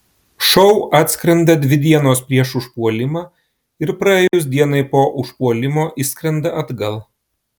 šou atskrenda dvi dienos prieš užpuolimą ir praėjus dienai po užpuolimo išskrenda atgal